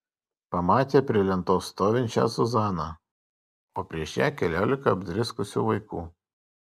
pamatė prie lentos stovinčią zuzaną o prieš ją keliolika apdriskusių vaikų